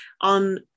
on